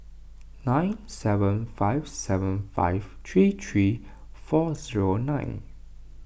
nine seven five seven five three three four zero nine